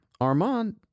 Armand